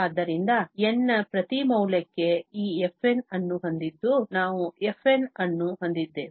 ಆದ್ದರಿಂದ n ನ ಪ್ರತಿ ಮೌಲ್ಯಕ್ಕೆ ಈ fn ಅನ್ನು ಹೊಂದಿದ್ದು ನಾವು fn ಅನ್ನು ಹೊಂದಿದ್ದೇವೆ ಅಂದರೆ f1 f2 f3